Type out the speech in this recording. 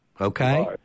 okay